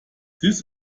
this